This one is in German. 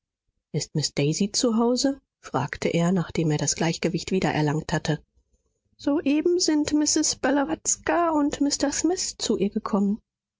ist miß daisy zu hause fragte er nachdem er das gleichgewicht wiedererlangt hatte soeben sind mrs blawatska und mr smith zu ihr gekommen